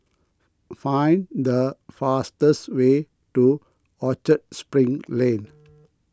find the fastest way to Orchard Spring Lane